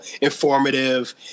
informative